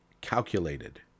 calculated